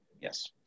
Yes